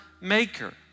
maker